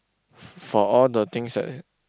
for all the things that